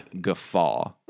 guffaw